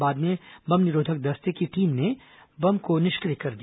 बाद में बम निरोधक दस्ते की टीम ने बम को निष्क्रिय कर दिया